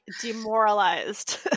demoralized